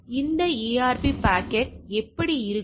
இப்போது இந்த ARP packet எப்படி இருக்கும்